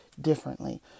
differently